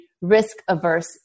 risk-averse